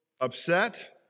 upset